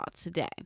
today